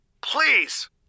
Please